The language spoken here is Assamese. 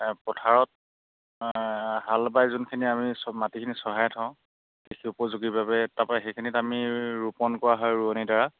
পথাৰত হাল বাই যোনখিনি আমি চব মাটিখিনি চহাই থওঁ কৃষি উপযোগীৰ বাবে তাৰাপা সেইখিনিত আমি ৰোপণ কৰা হয় ৰোৱণি দ্বাৰা